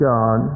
God